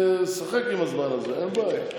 לשחק עם הזמן הזה, אין בעיה.